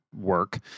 work